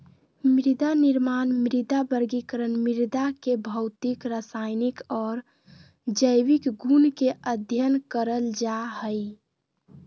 मृदानिर्माण, मृदा वर्गीकरण, मृदा के भौतिक, रसायनिक आर जैविक गुण के अध्ययन करल जा हई